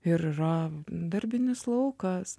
ir yra darbinis laukas